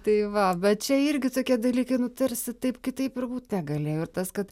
tai va bet čia irgi tokie dalykai nu tarsi taip kitaip ir būt galėjo ir tas kad